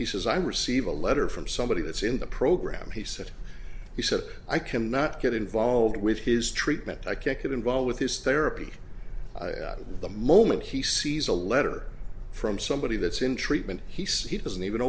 he says i receive a letter from somebody that's in the program he said he said i can not get involved with his treatment i can't get involved with his therapy at the moment he sees a letter from somebody that's in treatment he says he doesn't even